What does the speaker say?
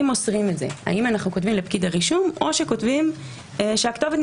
נמצאים איתנו חברי הכנסת המציעים: חבר הכנסת שפע וחברת הכנסת רוזין.